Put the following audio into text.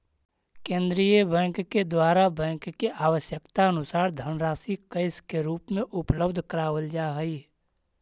केंद्रीय बैंक के द्वारा बैंक के आवश्यकतानुसार धनराशि कैश के रूप में उपलब्ध करावल जा हई